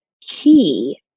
key